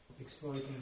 exploiting